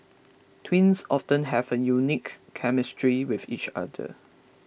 twins often have an unique chemistry with each other